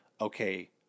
okay